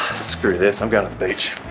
screw this. i'm going to the beach